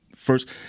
First –